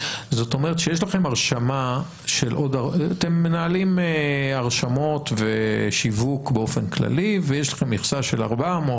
זאת אומרת שאתם מנהלים הרשמות ושיווק באופן כללי ויש לכם מכסה של 400,